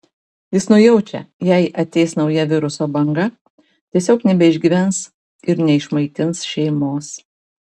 jis nujaučia jei ateis nauja viruso banga tiesiog nebeišgyvens ir neišmaitins šeimos